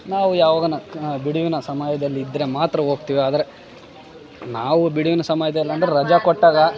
ನಾವು ಯಾವಗನ ಬಿಡುವಿನ ಸಮಯದಲ್ಲಿ ಇದ್ರೆ ಮಾತ್ರ ಹೋಗ್ತಿವಿ ಆದರೆ ನಾವು ಬಿಡುವಿನ ಸಮಯದಲ್ಲಂದ್ರೆ ರಜ ಕೊಟ್ಟಾಗ